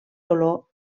olor